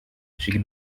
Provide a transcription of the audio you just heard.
she